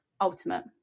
ultimate